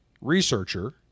researcher